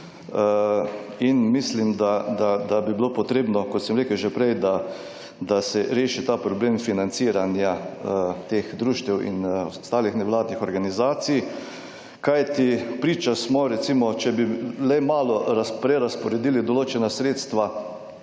In mislim, da bi bilo potrebno, kot sem rekel že prej, da se reši ta problem financiranja teh društev in ostalih nevladnih organizacij, kajti priča smo, recimo, če bi le malo prerazporedili določena sredstva,